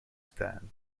stand